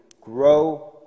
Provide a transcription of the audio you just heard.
grow